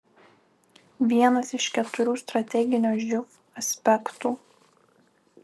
vienas iš keturių strateginio živ aspektų